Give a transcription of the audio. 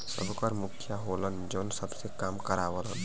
सबकर मुखिया होलन जौन सबसे काम करावलन